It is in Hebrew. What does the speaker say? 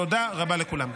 תודה רבה לכולם.